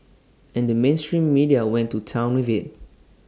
and the mainstream media went to Town with IT